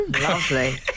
Lovely